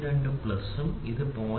02 പ്ലസും 0